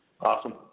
Awesome